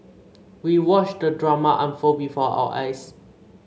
we watched the drama unfold before our eyes